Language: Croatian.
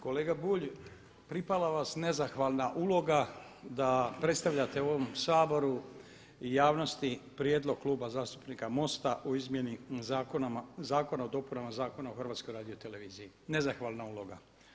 Kolega Bulj pripala vas nezahvalna uloga da predstavljate u ovom Saboru i javnosti prijedlog Kluba zastupnika MOST-a o izmjeni zakona o dopunama Zakona o HRT-u, nezahvalna uloga.